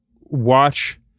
watch